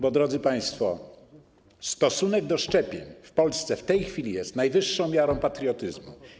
Bo, drodzy państwo, stosunek do szczepień w Polsce w tej chwili jest najwyższą miarą patriotyzmu.